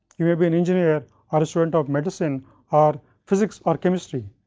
you may be an engineer or a student of medicine or physics or chemistry.